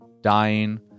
dying